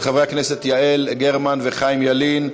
של חברי הכנסת יעל גרמן וחיים ילין,